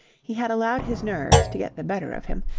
he had allowed his nerves to get the better of him,